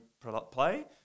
play